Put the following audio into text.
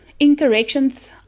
Incorrections